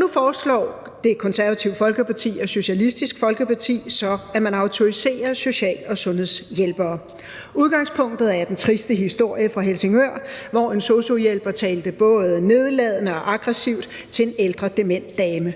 Nu foreslår Det Konservative Folkeparti og Socialistisk Folkeparti så, at man autoriserer social- og sundhedshjælpere. Udgangspunktet er den triste historie fra Helsingør, hvor en sosu-hjælper talte både nedladende og aggressivt til en ældre dement dame.